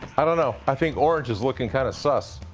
i don't know, i think orange is looking kind of sus.